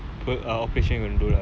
err tomorrow another next friday right